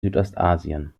südostasien